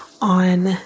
on